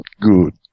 good